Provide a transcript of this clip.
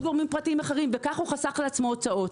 גורמים פרטיים אחרים וכך הוא חסך לעצמו הוצאות.